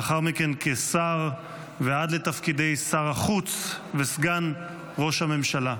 לאחר מכן כשר ועד לתפקידי שר החוץ וסגן ראש הממשלה.